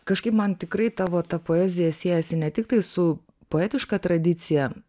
kažkaip man tikrai tavo ta poezija siejasi ne tiktai su poetiška tradicija